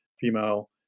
female